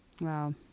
Wow